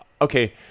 okay